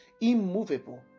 immovable